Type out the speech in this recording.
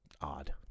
odd